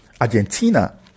Argentina